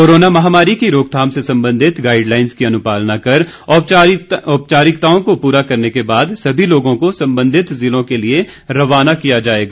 corona माहमारी की रोकथाम से संबंधित गाईडलाइन्ज की अनुपालना कर औपचारिकताओं को पूरा करने के बाद सभी लोगों को संबंधित जिलों के लिए रवाना किया जायेगा